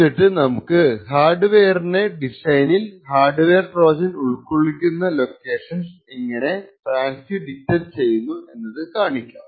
എന്നിട്ട് നമുക്ക് ഹാർഡ്വെയറിന്റെ ഡിസൈനിൽ ഹാർഡ്വെയർ ട്രോജൻ ഉൾക്കൊള്ളിച്ചിരിക്കുന്ന ലൊക്കേഷൻസ് എങ്ങനെ FANCI ഡിറ്റക്ട് ചെയ്യുന്നു എന്നത് കാണിക്കാം